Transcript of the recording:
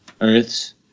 earths